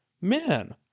Men